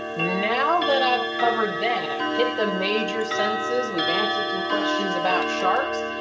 now that i've covered that, and i've hit the major senses. we've answered some questions about sharks.